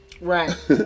Right